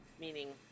meaning